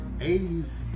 80s